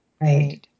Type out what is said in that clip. Right